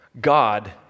God